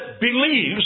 believes